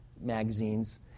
Magazines